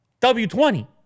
W20